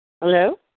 Hello